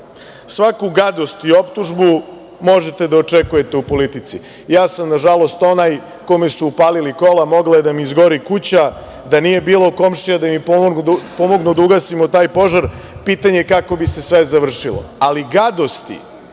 brata. Svaku gadost i optužbu možete da očekujete u politici. Ja sam nažalost onaj kome su upalili kola, mogla je da mi izgori kuća da nije bilo komšija da mi pomognu da ugasimo taj požar, pitanje je kako bi se sve završilo. Ali, gadosti